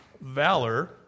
valor